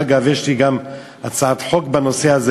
אגב, יש לי גם הצעת חוק בנושא הזה.